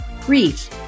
grief